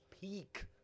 peak